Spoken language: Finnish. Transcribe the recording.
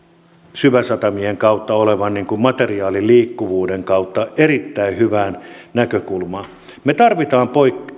syväsatamien kautta kulkevan materiaaliliikkuvuuden erittäin hyvä näkökulma me tarvitsemme